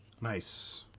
Nice